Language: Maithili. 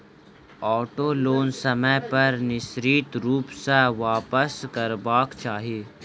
औटो लोन समय पर निश्चित रूप सॅ वापसकरबाक चाही